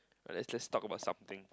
let's just talk about something